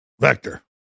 vector